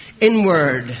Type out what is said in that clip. Inward